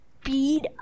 speed